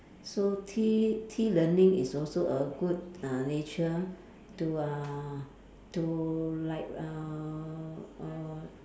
so tea tea learning is also a good uh nature to uh to like uh uh